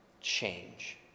change